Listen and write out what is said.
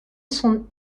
son